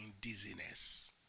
dizziness